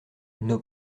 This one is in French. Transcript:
nos